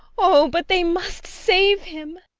oh, but they must save him!